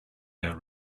air